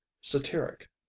satiric